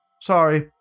Sorry